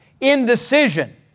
Indecision